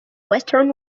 western